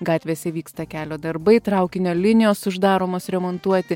gatvėse vyksta kelio darbai traukinio linijos uždaromos remontuoti